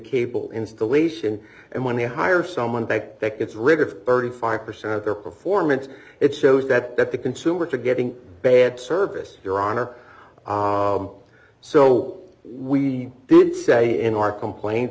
cable installation and when they hire someone back that gets rid of thirty five percent of their performance it shows that that the consumer to getting bad service your honor so we did say in our complaint